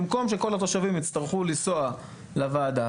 במקום שכל התושבים יצטרכו לנסוע לוועדה,